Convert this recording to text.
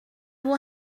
will